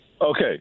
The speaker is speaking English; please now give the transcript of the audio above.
Okay